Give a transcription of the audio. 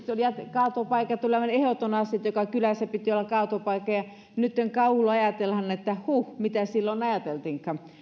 kaatopaikat olivat aivan ehdoton asia joka kylässä piti olla kaatopaikka nyt kauhulla ajatellaan että huh mitä silloin ajateltiinkaan